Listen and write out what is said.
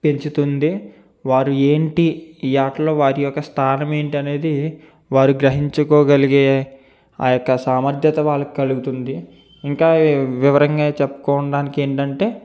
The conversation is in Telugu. పెంచుతుంది వారు ఏంటి ఈ ఆటలో వారి యొక్క స్థానం ఏంటి అనేది వారు గ్రహించుకోగలిగే ఆ యొక్క సామర్ధ్యత వాళ్ళకి కలుగుతుంది ఇంకా వివరంగా చెప్పుకోవడానికి ఏంటంటే